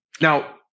Now